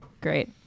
Great